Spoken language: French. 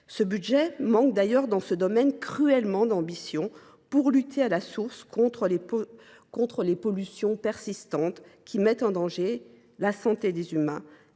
Ce budget manque d’ailleurs cruellement d’ambition pour ce qui est de lutter à la source contre les pollutions persistantes qui mettent en danger la santé des humains